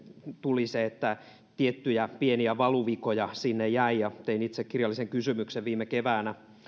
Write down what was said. tuli se että tiettyjä pieniä valuvikoja sinne jäi tein itse kirjallisen kysymyksen viime keväänä